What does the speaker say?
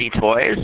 Toys